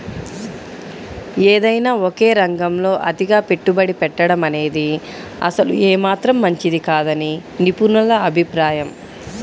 ఏదైనా ఒకే రంగంలో అతిగా పెట్టుబడి పెట్టడమనేది అసలు ఏమాత్రం మంచిది కాదని నిపుణుల అభిప్రాయం